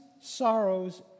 sorrows